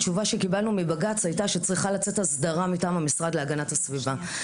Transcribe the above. התשובה שקיבלנו מבג"ץ הייתה שצריכה לצאת הסדרה מטעם המשרד להגנת הסביבה.